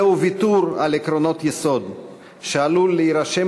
זהו ויתור על עקרונות יסוד שעלול להירשם